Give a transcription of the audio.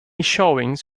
showings